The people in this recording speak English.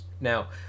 Now